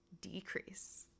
decrease